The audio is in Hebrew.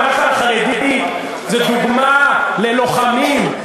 הנח"ל החרדי זה דוגמה ללוחמים,